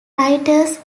writers